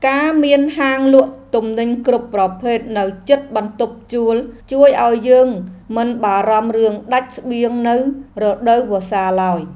ការមានហាងលក់ទំនិញគ្រប់ប្រភេទនៅជិតបន្ទប់ជួលជួយឱ្យយើងមិនបារម្ភរឿងដាច់ស្បៀងនៅរដូវវស្សាឡើយ។